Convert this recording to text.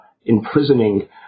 imprisoning